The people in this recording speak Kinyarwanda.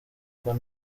kuko